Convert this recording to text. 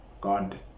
God